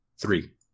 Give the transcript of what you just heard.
Three